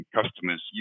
customers